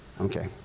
Okay